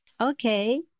Okay